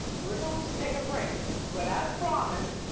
we're going to take a break but as promised,